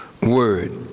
word